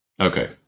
Okay